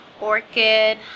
orchid